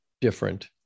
different